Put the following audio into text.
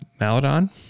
Maladon